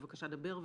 בבקשה, דבר.